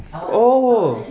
oh